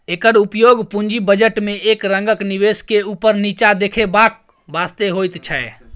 एकर उपयोग पूंजी बजट में एक रंगक निवेश के ऊपर नीचा देखेबाक वास्ते होइत छै